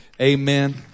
amen